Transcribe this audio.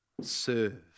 serve